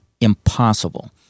impossible